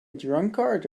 drunkard